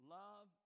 love